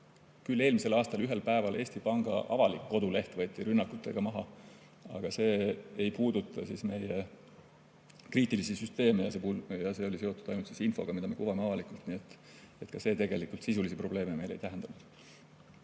Eelmisel aastal ühel päeval küll Eesti Panga avalik koduleht võeti rünnakutega maha, aga see ei puudutanud meie kriitilisi süsteeme, see oli seotud ainult infoga, mida me kuvame avalikult. See tegelikult sisulisi probleeme meile ei tähendanud.